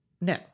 No